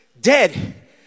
dead